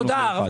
תודה רבה.